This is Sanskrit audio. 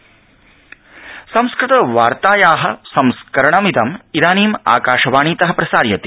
विराम संस्कृतवार्ताया संस्करणमिदं इदानीं आकाशवाणीत प्रसार्यते